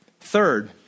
Third